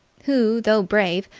who, though brave,